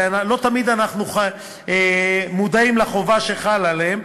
ולא תמיד אנחנו מודעים לחובה שחלה עליהם.